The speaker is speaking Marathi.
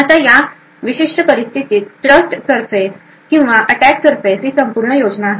आता या विशिष्ट परिस्थितीत ट्रस्ट सरफेस किंवा अटॅक सरफेस ही संपूर्ण योजना आहे